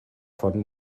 von